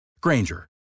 Granger